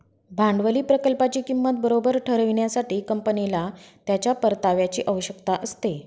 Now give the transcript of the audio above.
भांडवली प्रकल्पाची किंमत बरोबर ठरविण्यासाठी, कंपनीला त्याच्या परताव्याची आवश्यकता असते